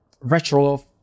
retro